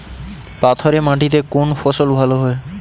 পাথরে মাটিতে কোন ফসল ভালো হয়?